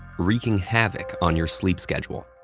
wreaking havoc on your sleep schedule.